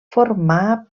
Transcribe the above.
formà